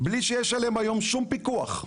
בלי שיש עליהם היום שום פיקוח.